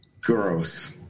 Gross